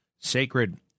Sacred